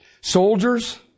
Soldiers